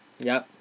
yup